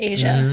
Asia